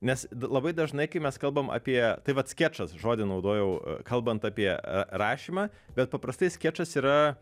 nes labai dažnai kai mes kalbam apie tai vat skečas žodį naudojau kalbant apie rašymą bet paprastai skečas yra